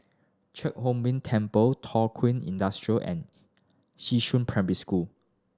Chia Hung Temple Thow Kwang Industry and Xishan Primary School